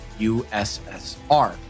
USSR